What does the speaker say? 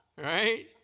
Right